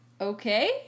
Okay